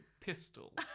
pistol